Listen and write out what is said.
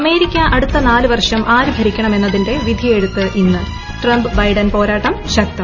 America അടുത്ത നാലൂ വർഷം ആരു ഭരിക്കണമെന്നത്തിന്റെ വിധിയെഴുത്തു ഇന്ന് ട്രംപ് ബൈഡൻ പോരാട്ടം ശക്തം